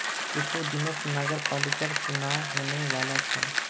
कुछू दिनत नगरपालिकर चुनाव होने वाला छ